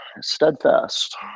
Steadfast